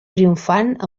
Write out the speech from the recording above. triomfant